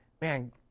man